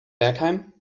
bergheim